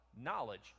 Knowledge